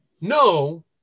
No